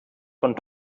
von